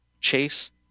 Chase